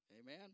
amen